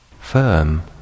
firm